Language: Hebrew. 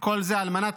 כל זה על מנת